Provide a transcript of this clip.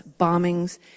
bombings